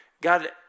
God